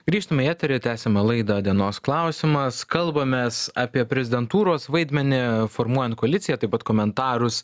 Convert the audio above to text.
grįžtam į eterį tęsiame laidą dienos klausimas kalbamės apie prezidentūros vaidmenį formuojant koaliciją taip pat komentarus